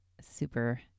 super